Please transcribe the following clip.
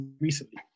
recently